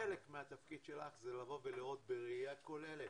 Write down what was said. חלק מהתפקיד שלך זה לבוא ולראות בראייה כוללת